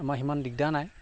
আমাৰ সিমান দিগদাৰ নাই